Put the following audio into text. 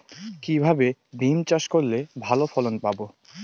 কিভাবে বিম চাষ করলে ভালো ফলন পাব?